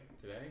today